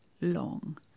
long